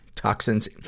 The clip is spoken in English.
toxins